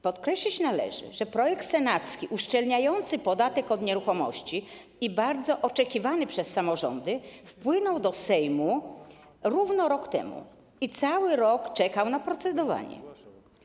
Podkreślić należy, że projekt senacki, uszczelniający podatek od nieruchomości i bardzo oczekiwany przez samorządy, wpłynął do Sejmu równo rok temu i cały rok czekał na procedowanie.